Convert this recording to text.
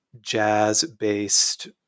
jazz-based